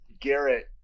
garrett